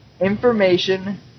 information